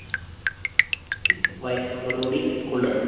പിന്നെ ഉപ്പിൻ്റ വെള്ളം തിളപ്പിച്ചിട്ട് വായിൽ ചൂടോട് കൂടി കൊള്ളുക